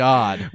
God